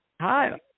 Hi